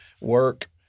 work